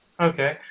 Okay